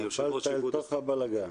נפלת אל תוך הבלגן.